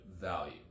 value